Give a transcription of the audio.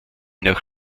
nach